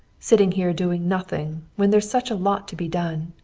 sitting here doing nothing when there's such a lot to be done.